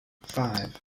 five